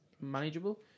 manageable